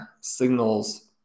signals